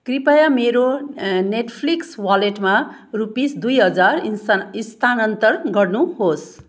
कृपया मेरो नेटफ्लिक्स वालेटमा रुपिस दुई हजार इन्सा स्थानान्तर गर्नुहोस्